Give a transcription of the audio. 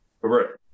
Correct